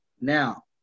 Now